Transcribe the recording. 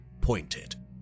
pointed